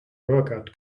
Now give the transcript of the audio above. workout